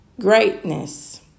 greatness